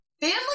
Family